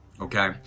okay